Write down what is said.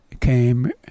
came